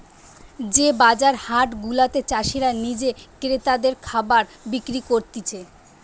যে বাজার হাট গুলাতে চাষীরা নিজে ক্রেতাদের খাবার বিক্রি করতিছে